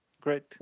Great